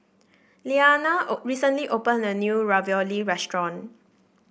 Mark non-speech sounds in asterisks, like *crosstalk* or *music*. Liliana *unintelligible* recently opened a new Ravioli restaurant